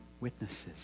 witnesses